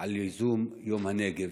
על ייזום יום הנגב.